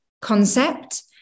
concept